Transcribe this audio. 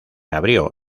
abrió